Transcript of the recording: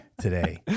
today